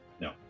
No